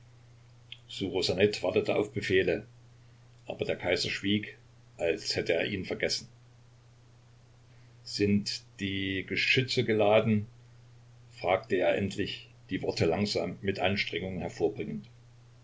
wartete auf befehle aber der kaiser schwieg als hätte er ihn vergessen sind die geschütze geladen fragte er endlich die worte langsam mit anstrengung hervorbringend